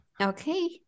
Okay